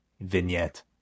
vignette